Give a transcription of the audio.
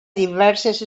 diverses